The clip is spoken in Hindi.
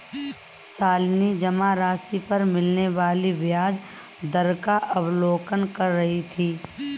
शालिनी जमा राशि पर मिलने वाले ब्याज दर का अवलोकन कर रही थी